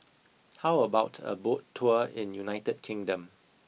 how about a boat tour in United Kingdom